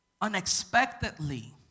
unexpectedly